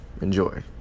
enjoy